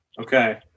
Okay